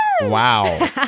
wow